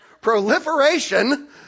proliferation